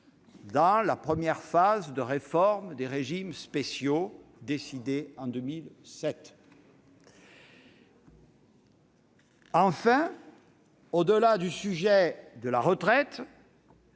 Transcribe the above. de la première phase de réforme des régimes spéciaux, décidée en 2007. Au-delà de la retraite,